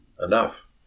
Enough